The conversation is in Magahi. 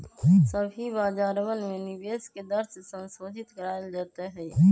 सभी बाजारवन में निवेश के दर के संशोधित करावल जयते हई